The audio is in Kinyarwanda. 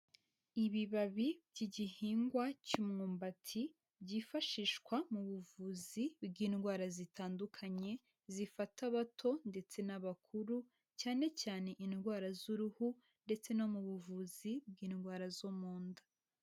Ibibabi by'igihingwa cy'umwumbati byifashishwa mu buvuzi bw'indwara zitandukanye zifata abato ndetse n'abakuru cyane cyane indwara z'uruhu ndetse no mu buvuzi bw'indwara zo mu nda.